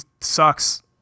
sucks